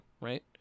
right